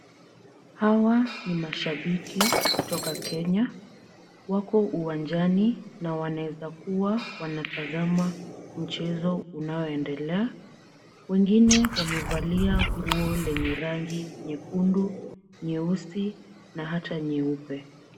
Hawa ni mashabiki kutoka Kenya. Wako uwanjani na wanaweza kuwa wanatazama mchezo unaoendelea. Wengine wamevalia nguo lenye rangi nyekundu, nyeusi na hata nyeupe.